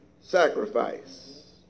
sacrifice